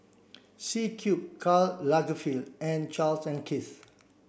C Cube Karl Lagerfeld and Charles and Keith